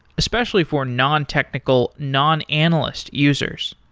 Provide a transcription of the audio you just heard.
especially for non-technical, non-analyst users.